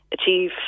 achieve